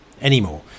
anymore